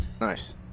Nice